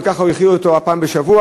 וככה הוא האכיל אותו רק פעם בשבוע.